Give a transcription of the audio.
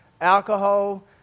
alcohol